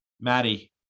Maddie